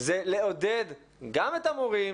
זה לעודד גם את המורים